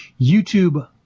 YouTube